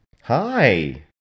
Hi